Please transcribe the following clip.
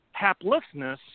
Haplessness